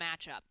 matchup